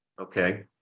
Okay